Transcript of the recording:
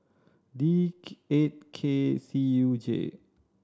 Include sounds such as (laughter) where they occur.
D (hesitation) eight K C U J